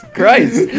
Christ